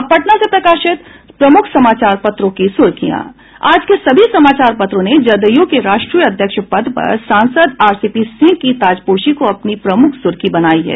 अब पटना से प्रकाशित प्रमुख समाचार पत्रों की सुर्खियां आज के सभी समाचार पत्रों ने जदयू के राष्ट्रीय अध्यक्ष पद पर सांसद आरसीपी सिंह की ताजपोशी को अपनी प्रमुख सुर्खी बनाई है